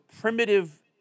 primitive